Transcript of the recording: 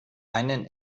einen